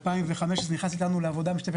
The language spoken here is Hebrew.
ב-2015 נכנס איתנו לעבודה משותפת